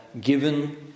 given